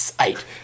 eight